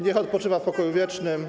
Niech odpoczywa w pokoju wiecznym.